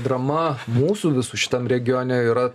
drama mūsų visų šitam regione yra